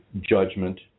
judgment